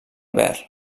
verd